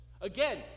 Again